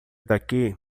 daqui